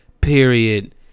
period